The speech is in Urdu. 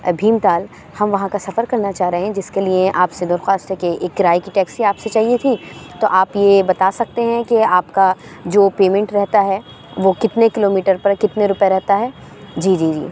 بھیم تال ہم وہاں کا سفر کرنا چاہ رہے ہیں جس کے لیے آپ سے درخواست ہے کہ ایک کرائے کی ٹیکسی آپ سے چاہیے تھی تو آپ یہ بتا سکتے ہیں کہ آپ کا جو پیمنٹ رہتا ہے وہ کتنے کلو میٹر پر کتنے روپئے رہتا ہے جی جی جی